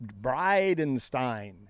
Bridenstine